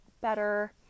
better